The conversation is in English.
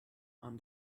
and